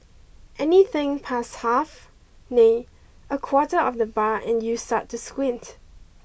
anything past half nay a quarter of the bar and you start to squint